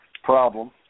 Problem